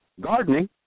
gardening